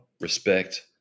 respect